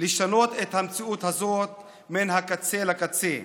לשנות את המציאות הזאת מן הקצה לקצה.